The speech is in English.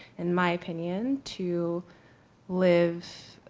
in my opinion, to live